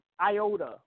iota